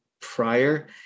prior